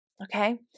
Okay